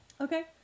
Okay